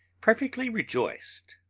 perfectly rejoiced.